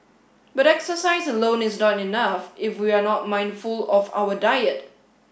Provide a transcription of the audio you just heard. but exercise alone is not enough if we are not mindful of our diet